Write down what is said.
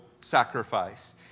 sacrifice